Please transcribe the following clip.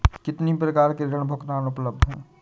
कितनी प्रकार के ऋण भुगतान उपलब्ध हैं?